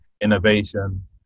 innovation